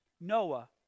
Noah